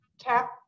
Tap